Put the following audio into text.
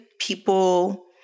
people